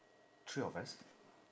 three of us